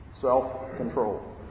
Self-control